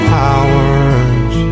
powers